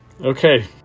Okay